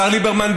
השר ליברמן,